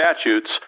statutes